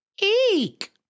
Eek